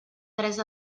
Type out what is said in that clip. tres